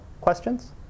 questions